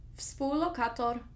współlokator